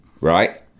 right